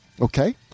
Okay